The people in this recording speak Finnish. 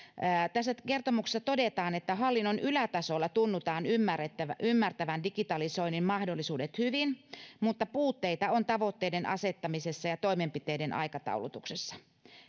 tässä kertomuksessa todetaan että hallinnon ylätasolla tunnutaan ymmärtävän ymmärtävän digitalisoinnin mahdollisuudet hyvin mutta puutteita on tavoitteiden asettamisessa ja toimenpiteiden aikataulutuksessa